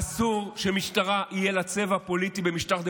אסור שלמשטרה יהיה צבע פוליטי במשטר דמוקרטי.